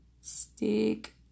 Stick